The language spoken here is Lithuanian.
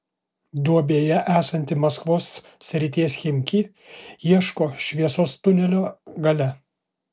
duobėje esanti maskvos srities chimki ieško šviesos tunelio gale